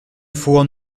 faut